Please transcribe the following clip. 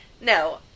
No